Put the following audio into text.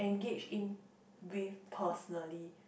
engage in with personally